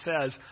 says